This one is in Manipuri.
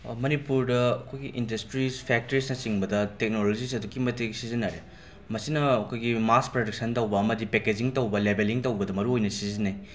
ꯃꯅꯤꯄꯨꯔꯗ ꯑꯩꯈꯣꯏꯒꯤ ꯏꯟꯗꯁꯇ꯭ꯔꯤꯁ ꯐꯦꯛꯇ꯭ꯔꯤꯁꯅꯆꯤꯡꯕꯗ ꯇꯦꯛꯅꯣꯂꯣꯖꯤꯁꯦ ꯑꯗꯨꯛꯀꯤ ꯃꯇꯤꯛ ꯁꯤꯖꯤꯟꯅꯔꯦ ꯃꯁꯤꯅ ꯑꯩꯈꯣꯏꯒꯤ ꯃꯥꯁ ꯄ꯭ꯔꯗꯛꯁꯟ ꯇꯧꯕ ꯑꯃꯗꯤ ꯄꯦꯀꯦꯖꯤꯡ ꯇꯧꯕ ꯂꯦꯕꯦꯂꯤꯡ ꯇꯧꯕꯗ ꯃꯔꯨꯑꯣꯏꯅ ꯁꯤꯖꯤꯟꯅꯩ